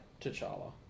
T'Challa